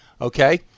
Okay